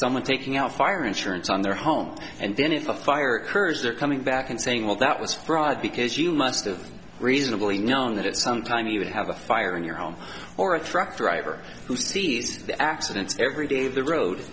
someone taking out fire insurance on their home and then if a fire occurs they're coming back and saying well that was fraud because you must've reasonably known that at some time he would have a fire in your home or a truck driver who sees the accidents every day of the road